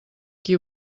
qui